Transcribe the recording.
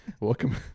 Welcome